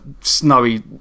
snowy